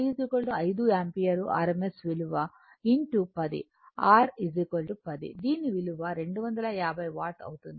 I 5 ampere rms విలువ 10 R 10 దీని విలువ 250 వాట్ అవుతుంది